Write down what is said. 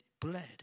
bled